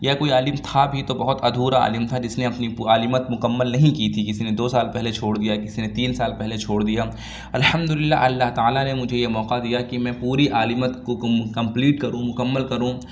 یا کوئی عالم تھا بھی تو بہت ادھورا عالم تھا جس نے اپنی عالمیت مکمل نہیں کی تھی کسی نے دو سال پہلے چھوڑ دیا کسی نے تین سال پہلے چھوڑ دیا الحمد اللہ اللہ تعالیٰ نے مجھے یہ موقع دیا ہے کہ میں پوری عالمیت کو کم کمپلیٹ کروں مکمل کروں